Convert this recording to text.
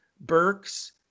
Burks